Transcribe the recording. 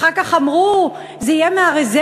אחר כך אמרו: זה יהיה מהרזרבות,